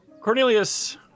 Cornelius